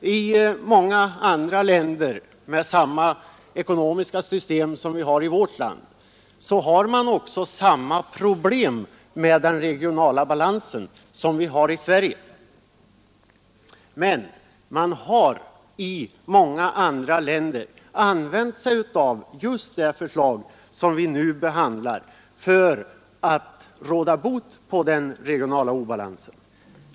I många andra länder med samma ekonomiska system som vårt lands har man också samma problem med den regionala balansen som vi har i Sverige, men man har i många andra länder använt just ett system motsvarande det som redovisas i det förslag som vi nu behandlar för att råda bot på den regionala obalansen.